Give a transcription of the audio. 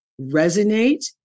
resonate